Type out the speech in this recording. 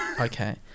okay